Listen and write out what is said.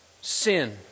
Sin